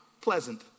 Pleasant